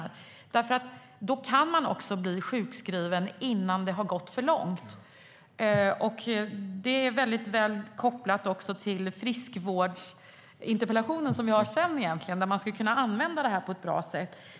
Med den kan man nämligen bli sjukskriven innan det har gått för långt. Det är egentligen kopplat till friskvårdsinterpellationen som jag har ställt och som kommer senare och där skulle man kunna använda det på ett bra sätt.